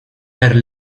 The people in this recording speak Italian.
per